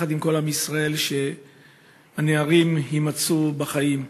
יחד עם כל עם ישראל, שהנערים יימצאו בחיים.